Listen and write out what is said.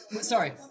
Sorry